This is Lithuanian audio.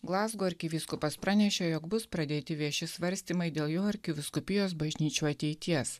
glazgo arkivyskupas pranešė jog bus pradėti vieši svarstymai dėl jo arkivyskupijos bažnyčių ateities